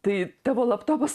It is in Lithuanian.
tai tavo laptopas